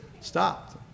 Stopped